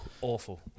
Awful